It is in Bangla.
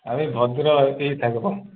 আমি ভদ্র হয়েই থাকবো